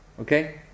okay